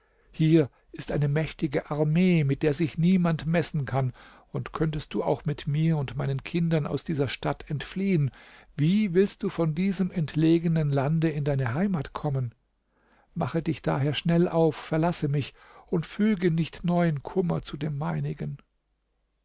hier ist eine mächtige armee mit der sich niemand messen kann und könntest du auch mit mir und meinen kinder aus dieser stadt entfliehen wie willst du von diesem entlegenen lande in deine heimat kommen mache dich daher schnell auf verlasse mich und füge nicht neuen kummer zu dem meinigen